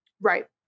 Right